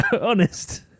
Honest